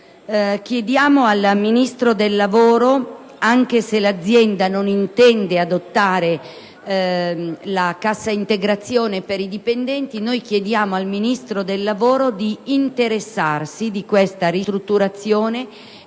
e delle politiche sociali, anche se l'azienda non intende adottare la cassa integrazione per i dipendenti, di interessarsi di questa ristrutturazione